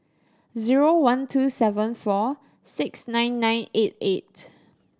zero one two seven four six nine nine eight eight